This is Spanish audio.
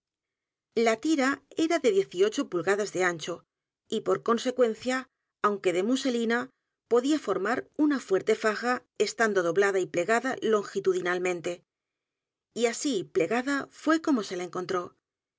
la tira era de diez y ocho pulgadas de ancho y por consecuencia aunque de muselina podía formar una fuerte faja estando doblada y plegada longitudinalmente y así plegada fué como se la encontró